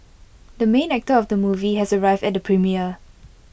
the main actor of the movie has arrived at the premiere